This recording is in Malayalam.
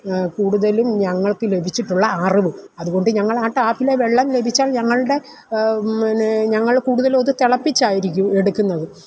കൂടുതലും ഞങ്ങൾക്ക് ലഭിച്ചിട്ടുള്ള അറിവ് അതുകൊണ്ടു ഞങ്ങൾ ആ ട്ടാപ്പിലെ വെള്ളം ലഭിച്ചാൽ ഞങ്ങളുടെ ഞങ്ങൾ കൂടുൽ അതു തിളപ്പിച്ചായിരിക്കും എടുക്കുന്നത്